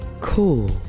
Cool